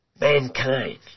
mankind